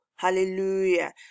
Hallelujah